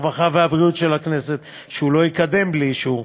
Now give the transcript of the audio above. הרווחה והבריאות של הכנסת שהוא לא יקדם בלי אישור,